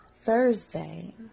Thursday